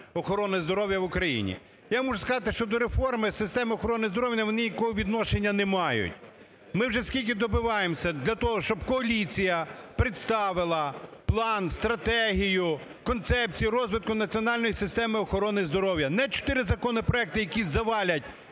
охорони здоров'я в Україні. Я мушу сказати, що до реформи системи охорони здоров'я вони ніякого відношення не мають. Ми вже скільки добиваємося для того, щоб коаліція представила план, стратегію, концепцію розвитку національної системи охорони здоров'я. Не чотири законопроекти, які завалять